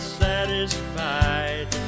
satisfied